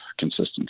consistency